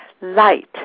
light